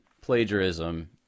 plagiarism